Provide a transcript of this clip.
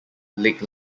lake